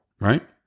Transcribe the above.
right